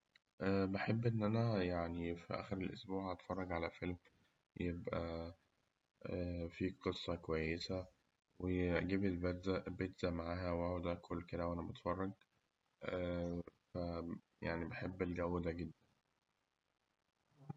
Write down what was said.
بحب إن أنا في آخر الأسبوع أتفرج على فيلم يبقى فيه قصة كويسة، وأجيب البيت- البيتزا معايا وأقعد آكل كده وأنا بتفرج يعني بحب الجو ده جداً.